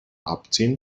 abziehen